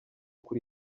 kuri